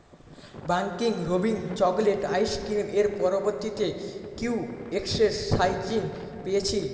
Baskin Robbins chocolate ice cream এর পরিবর্তে kiwi express shine sponge পেয়েছি